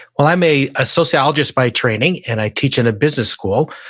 well, i am a a sociologist by training and i teach in a business school,